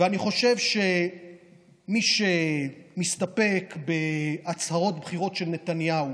אני חושב שמי שמסתפק בהצהרות בחירות של נתניהו